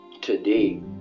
today